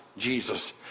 Jesus